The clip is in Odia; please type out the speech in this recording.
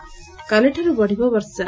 କାଲିଠାରୁ ବଢ଼ିବ ବର୍ଷା